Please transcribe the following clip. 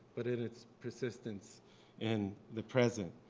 but in its persistence in the present.